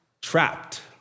Trapped